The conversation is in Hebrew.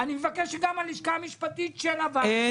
אני מבקש שגם הלשכה המשפטית של הוועדה תציג מסמך.